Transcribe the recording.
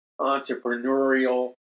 entrepreneurial